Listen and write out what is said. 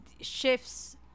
shifts